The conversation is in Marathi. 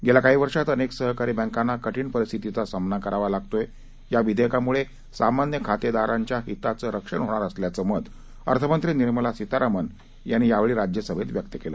गेल्या काही वर्षात अनेक सहकारी बॅकांना कठीण परिस्थितीचा सामना करावा लागत आहे या विधेयकामुळे सामान्य खातेदाराच्या हिताचं रक्षण होणार असल्याचं मत अर्थमंत्री निर्मला सीतारामन यांनी राज्यसभेत व्यक्त केलं